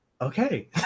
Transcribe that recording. Okay